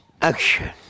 action